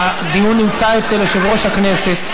הדיון נמצא אצל יושב-ראש הכנסת.